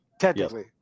Technically